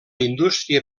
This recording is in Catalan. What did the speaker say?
indústria